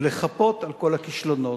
ולחפות על כל הכישלונות,